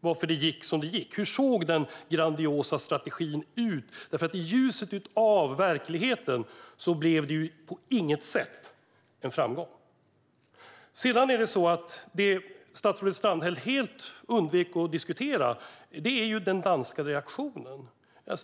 varför det gick som det gick. Hur såg den grandiosa strategin ut? I ljuset av verkligheten blev det ju på inget sätt en framgång. Det statsrådet Strandhäll helt undviker att diskutera är den danska reaktionen.